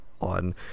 on